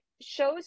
shows